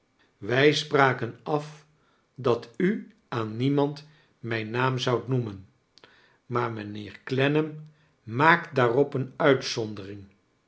wij spraken af dat u aan niemand mijn naam zoudt noemen maar mijnheer clennam maakt daar op een uit